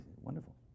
wonderful